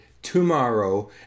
Tomorrow